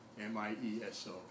M-I-E-S-O